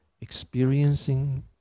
Experiencing